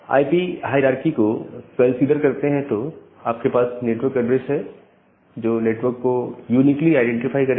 IP hierarchy को consider करते हैं तो आपके पास नेटवर्क एड्रेस है जो नेटवर्क को यूनीकली आईडेंटिफाई करेगा